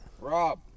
Rob